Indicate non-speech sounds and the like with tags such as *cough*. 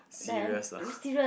serious lah *breath*